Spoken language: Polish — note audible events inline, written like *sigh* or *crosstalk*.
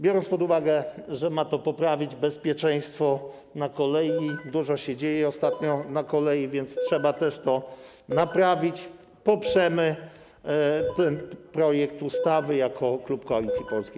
Biorąc pod uwagę, że ma to poprawić bezpieczeństwo na kolei *noise* - dużo się dzieje ostatnio na kolei, więc trzeba też to naprawić - poprzemy ten projekt ustawy jako klub Koalicji Polskiej.